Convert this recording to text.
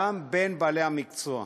גם בין בעלי המקצוע.